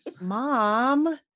Mom